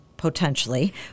potentially